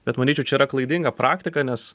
bet manyčiau čia yra klaidinga praktika nes